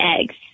eggs